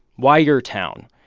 why your town?